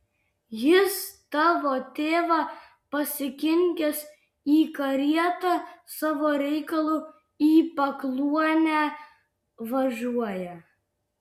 jis tavo tėvą pasikinkęs į karietą savo reikalu į pakluonę važiuoja